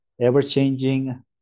ever-changing